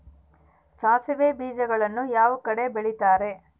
ಸಾಸಿವೆ ಬೇಜಗಳನ್ನ ಯಾವ ಕಡೆ ಬೆಳಿತಾರೆ?